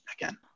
again